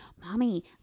Mommy